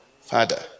father